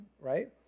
right